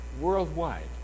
worldwide